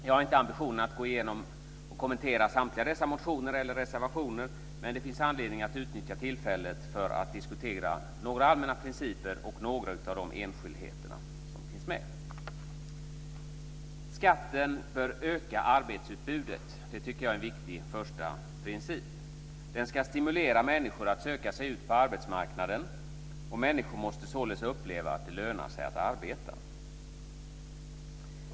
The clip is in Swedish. Jag har inte ambitionen att gå igenom och kommentera samtliga dessa motioner eller reservationer, men det finns anledning att använda detta tillfälle till att diskutera några allmänna principer och några av de enskildheter som finns med. Skatten bör öka arbetsutbudet. Det tycker jag är en viktig första princip. Den ska stimulera människor att söka sig ut på arbetsmarknaden. Människor måste således uppleva att det lönar sig att arbeta.